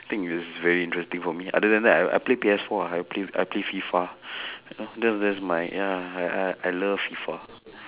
think it's very interesting for me other than that I I play P_S four I play I play FIFA you know that that's my ya I I love FIFA